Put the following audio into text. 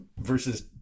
Versus